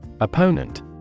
Opponent